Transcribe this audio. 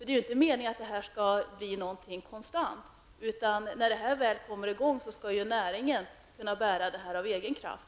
Det är ju inte meningen att det här skall bli någonting permanent. När det hela väl kommer i gång skall ju näringen kunna bära sig av egen kraft.